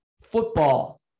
Football